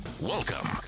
Welcome